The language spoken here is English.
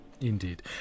Indeed